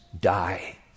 die